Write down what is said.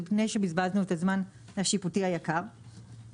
לפני שבזבזנו זמן שיפוטי יקר;